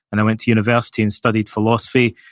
and i went to university and studied philosophy,